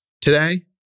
today